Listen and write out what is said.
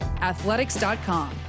athletics.com